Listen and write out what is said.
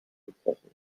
gebrochen